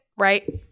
right